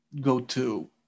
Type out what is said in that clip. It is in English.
go-to